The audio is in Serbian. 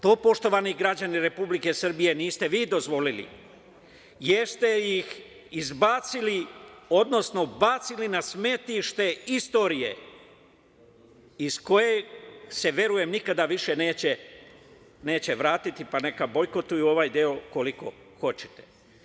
To, poštovani građani Republike Srbije, niste vi dozvolili, jer ste ih izbacili, odnosno bacili na smetlište istorije, iz kojeg se, verujem, nikada više neće vratiti, pa neka bojkotuju ovaj deo koliko hoćete.